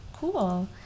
Cool